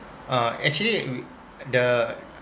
uh actually the